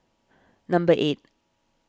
number eight